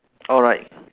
alright